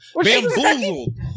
Bamboozled